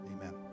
Amen